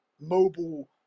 mobile